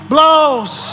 blows